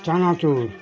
চানাচুর